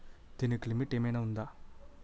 దీనికి లిమిట్ ఆమైనా ఉందా?